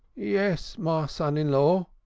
yes, ma son-in-law,